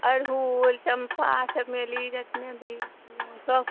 अड़हुल चम्पा चमेली जतने भी छलिय सब